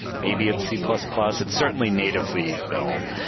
maybe it's c plus plus. it's certainly natively built.